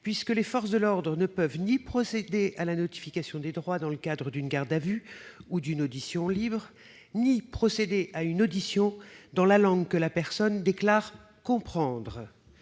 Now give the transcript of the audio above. puisque les forces de l'ordre ne peuvent procéder ni à la notification des droits dans le cadre d'une garde à vue ou d'une audition libre ni à une audition dans la langue que la personne déclare comprendre.